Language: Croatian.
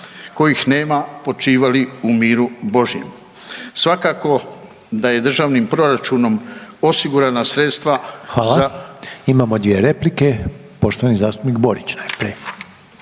kojih nema počivali u miru Božjem. Svakako da je državnim proračunom osigurana sredstva za … **Reiner, Željko (HDZ)** Hvala. Imamo dvije replike poštovani zastupnik Borić najprije.